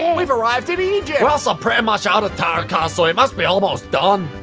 and we've arrived in egypt! we're also pretty much out of tarot cards so we must be almost done.